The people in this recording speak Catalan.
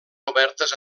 obertes